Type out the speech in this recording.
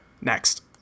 Next